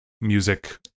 music